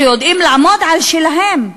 שיודעים לעמוד על שלהם,